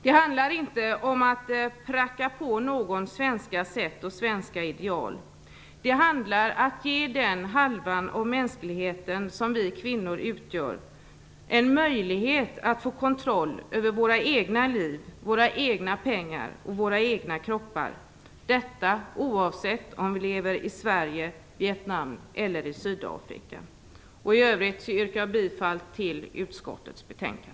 Det handlar inte om att pracka på någon svenska sätt och svenska ideal. Det handlar om att ge den halva av mänskligheten som vi kvinnor utgör en möjlighet att få kontroll över våra egna liv, våra egna pengar och våra egna kroppar, detta oavsett om vi lever i Sverige, i Vietnam eller i Sydafrika. I övrigt yrkar jag bifall till utskottets hemställan.